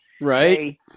Right